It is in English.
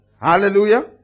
Hallelujah